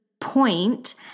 point